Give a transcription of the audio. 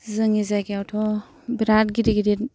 जोंनि जायगायावथ' बिराद गिदिर गिदिर